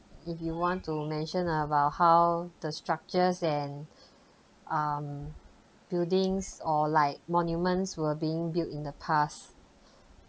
if you want to mention about how the structures and um buildings or like monuments were being built in the past